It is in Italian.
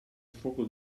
fuoco